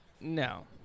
No